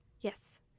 Yes